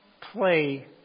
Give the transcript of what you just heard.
play